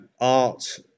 art